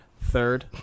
third